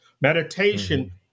Meditation